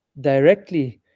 directly